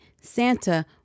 Santa